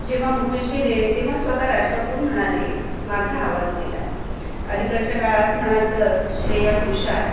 जेव्हा मुकेश गेले तेव्हा स्वत राज कपूर म्हणाले माझा आवाज गेला अलीकडच्या काळात म्हणाल तर श्रेया घोषाल